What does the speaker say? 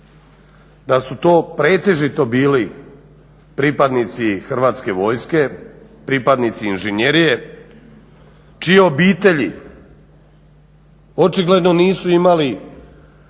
da su to pretežito bili pripadnici Hrvatske vojske, pripadnici inženjerije čije obitelji očigledno nisu imali